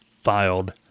filed